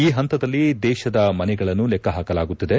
ಈ ಪಂತದಲ್ಲಿ ದೇಶದ ಮನೆಗಳನ್ನು ಲೆಕ್ಕಹಾಕಲಾಗುತ್ತದೆ